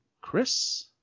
Chris